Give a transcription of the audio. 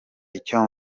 icyo